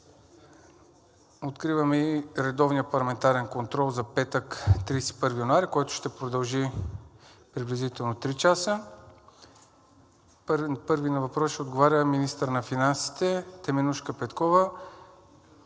Откривам и редовния парламентарен контрол за петък, 31 януари, който ще продължи приблизително 3 часа. Първи на въпрос ще отговаря министърът на финансите Теменужка Петкова.